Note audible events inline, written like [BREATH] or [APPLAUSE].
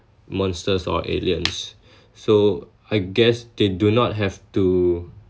monsters or aliens [BREATH] so I guess they do not have to